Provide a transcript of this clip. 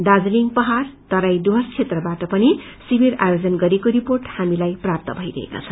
दार्जीलिङ पहाड़ तराइ डुव्रस क्षेत्रबाट पनि शिविर आयोजन गरिएको रिपोट हामीलाई प्राप्त भई रहेका छन्